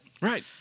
Right